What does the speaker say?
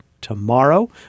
tomorrow